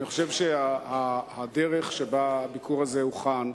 אני חושב שהדרך שבה הביקור הזה הוכן,